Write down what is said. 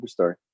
Superstar